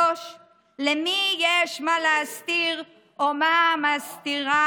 3. למי יש מה להסתיר או מה מסתירה